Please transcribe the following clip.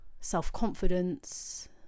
self-confidence